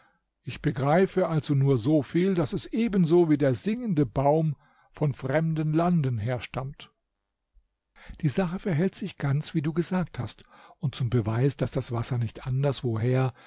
ich begreife also nur so viel daß es ebenso wie der singende baum von fremden landen herstammt herr erwiderte die prinzessin die sache verhält sich ganz wie du gesagt hast und zum beweis daß das wasser nicht anders woher